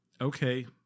okay